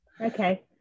Okay